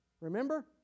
Remember